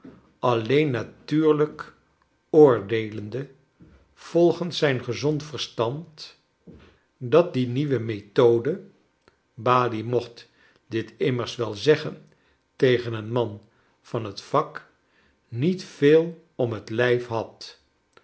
alleen natuurlijk oordeelende volgens zijn gezond verstand dat die nieuwe methode balie mocht dit immers wel zeggen tegen een man van het vak niet veel om het lijf had